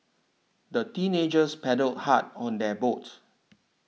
the teenagers paddled hard on their boat